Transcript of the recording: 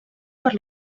per